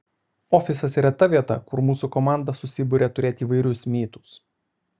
ofisas yra ta vieta kur mūsų komanda susiburia turėt įvairius mytus